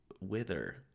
wither